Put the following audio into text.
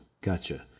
Gotcha